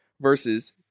versus